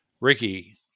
Ricky